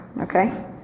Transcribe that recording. Okay